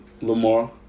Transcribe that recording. Lamar